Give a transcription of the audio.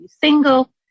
single